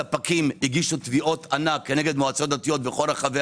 ספקים הגישו תביעות ענק כנגד מועצות דתיות בכל רחבי